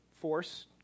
force